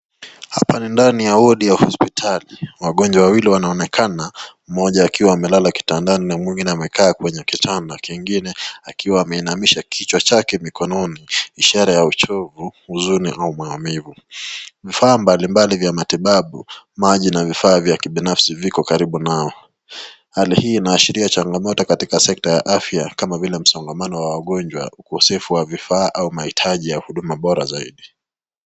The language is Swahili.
Hapa ni ndani ya wodi ya hospitali. Wagonjwa wawili wanaonekana, mmoja amelala kitandani na mwingine amekaa kwenye kitanda kingine akiwa ameinamisha kichwa chake mikononi, ishara ya uchovu, huzuni au maumivu. Vifaa mbalimbali vya matibabu, maji na vifaa vya kibinafsi viko karibu nao. Hali hii inaashiria changamoto katika sekta ya afya, kama vile msongamano wa wagonjwa, ukosefu wa vifaa au mahitaji ya huduma bora zaidi.